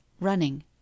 running